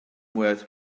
mwyaf